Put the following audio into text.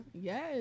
Yes